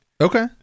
Okay